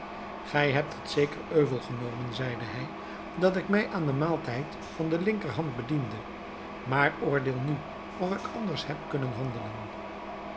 gij hebt het zeker euvel opgenomen zeide hij dat ik mij aan den maaltijd van de linkerhand bediende maar oordeel nu of ik anders heb kunnen handelen